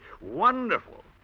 Wonderful